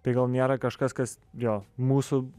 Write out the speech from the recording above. tai gal niera kažkas kas jo mūsų